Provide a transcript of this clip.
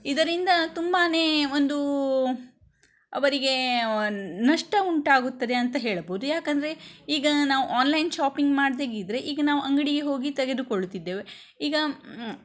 ಇದರಿಂದ ತುಂಬನೇ ಒಂದು ಅವರಿಗೆ ನಷ್ಟ ಉಂಟಾಗುತ್ತದೆ ಅಂತ ಹೇಳಬಹುದು ಏಕೆಂದ್ರೆ ಈಗ ನಾವು ಆನ್ಲೈನ್ ಶಾಪಿಂಗ್ ಮಾಡದೇ ಇದ್ದರೆ ಈಗ ನಾವು ಅಂಗಡಿಗೆ ಹೋಗಿ ತೆಗೆದು ಕೊಳ್ಳುತ್ತಿದ್ದೆವು ಈಗ